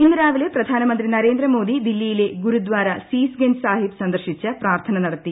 ഇന്ന് രാവിലെ പ്രധാനമന്ത്രി നരേന്ദ്ര മോദി ദില്ലിയിലെ ഗുരുദ്ധാര സിസ് ഗഞ്ച് സാഹിബ് സന്ദർശിച്ച് പ്രാർത്ഥന നടത്തി